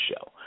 show